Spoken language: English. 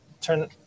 turn